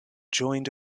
joined